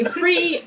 free